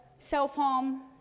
Self-harm